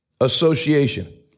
association